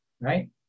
right